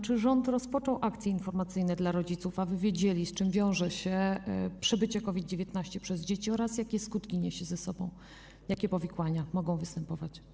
Czy rząd rozpoczął akcje informacyjne dla rodziców, aby wiedzieli, z czym wiąże się przebycie COVID-19 przez dzieci, jakie niesie ze sobą skutki i jakie powikłania mogą występować?